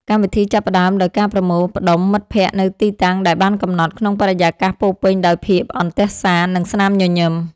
កម្មវិធីចាប់ផ្ដើមដោយការប្រមូលផ្ដុំមិត្តភក្តិនៅទីតាំងដែលបានកំណត់ ក្នុងបរិយាកាសពោរពេញដោយភាពអន្ទះសារ និងស្នាមញញឹម។